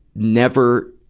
never,